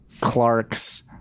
Clark's